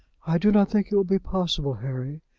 i do not think it will be possible, harry.